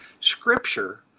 scripture